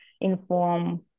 inform